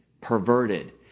perverted